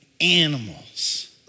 animals